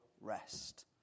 rest